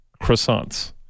croissants